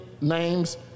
names